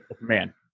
Man